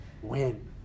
win